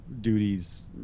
duties